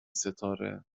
ستاره